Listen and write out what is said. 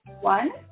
One